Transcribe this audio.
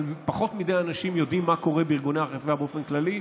אבל פחות מדי אנשים יודעים מה קורה בארגוני הרווחה באופן כללי,